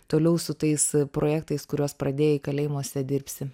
toliau su tais projektais kuriuos pradėjai kalėjimuose dirbsi